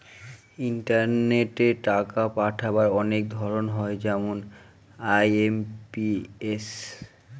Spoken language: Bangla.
ইন্টারনেটে টাকা পাঠাবার অনেক ধরন হয় যেমন আই.এম.পি.এস